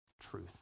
truth